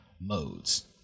modes